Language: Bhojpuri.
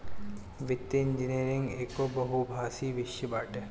वित्तीय इंजनियरिंग एगो बहुभाषी विषय बाटे